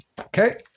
Okay